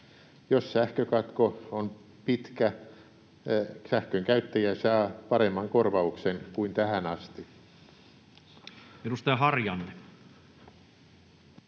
Jos sähkökatko on pitkä, sähkönkäyttäjä saa paremman korvauksen kuin tähän asti.